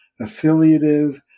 affiliative